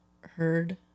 heard